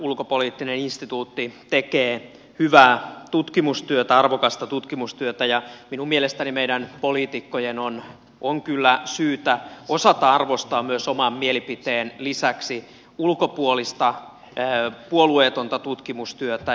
ulkopoliittinen instituutti tekee hyvää tutkimustyötä arvokasta tutkimustyötä ja minun mielestäni meidän poliitikkojen on kyllä syytä osata arvostaa oman mielipiteen lisäksi myös ulkopuolista puolueetonta tutkimustyötä